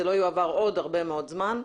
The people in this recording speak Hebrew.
זה לא יועבר עוד הרבה מאוד זמן,